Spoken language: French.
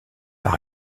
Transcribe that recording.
par